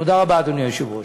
תודה רבה, אדוני היושב-ראש.